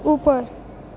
उपर